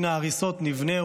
"מן ההריסות נבנה,